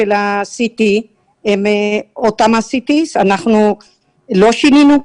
ה-CT הם אותם ערכי CT. אנחנו לא שינינו.